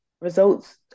results